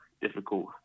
difficult